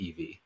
EV